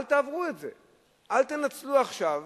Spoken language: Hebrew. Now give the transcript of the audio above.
אל תעברו את זה, אל תנצלו עכשיו